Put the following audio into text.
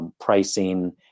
Pricing